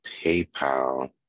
PayPal